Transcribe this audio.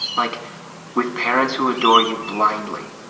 like with parents who adore you blindly.